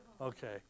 Okay